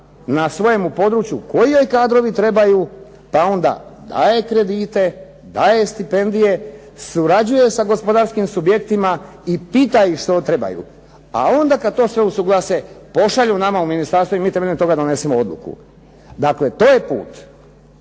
na svojem području koji joj kadrovi trebaju, pa onda daje kredite, daje stipendije surađuje sa gospodarskim subjektima i pita ih što trebaju. A onda kada to usuglase pošalju nama u Ministarstvo i mi na temelju toga donesemo odluku. Dakle, to je put,